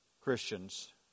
Christians